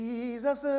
Jesus